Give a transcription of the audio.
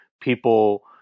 people